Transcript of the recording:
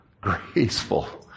graceful